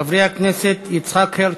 חברי הכנסת יצחק הרצוג,